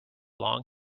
long